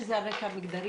שזה על רקע מגדרי,